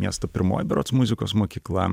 miesto pirmoji berods muzikos mokykla